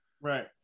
Right